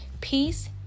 peace